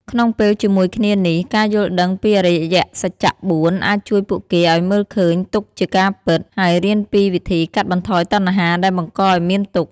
ក្នុងពេលជាមួយគ្នានេះ ការយល់ដឹងពីអរិយសច្ចៈ ៤ អាចជួយពួកគេឲ្យមើលឃើញទុក្ខជាការពិត ហើយរៀនពីវិធីកាត់បន្ថយតណ្ហាដែលបង្កឲ្យមានទុក្ខ។